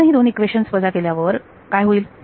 आपण ही दोन इक्वेशन्स वजा केल्यावर काय होईल